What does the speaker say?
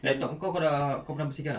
laptop kau kau dah kau pernah bersihkan tak